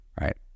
right